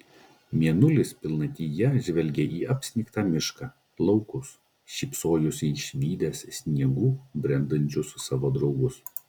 mėnulis pilnatyje žvelgė į apsnigtą mišką laukus šypsojosi išvydęs sniegu brendančius savo draugus